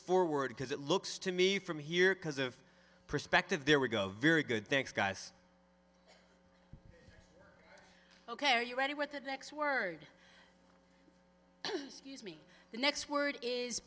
forward because it looks to me from here because of perspective there we go very good thanks guys ok are you ready what the next word me the next word is